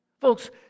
Folks